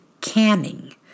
Canning